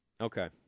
Okay